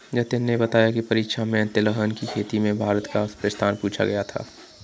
जतिन ने बताया की परीक्षा में तिलहन की खेती में भारत का स्थान पूछा गया था